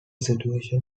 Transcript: situation